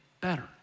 better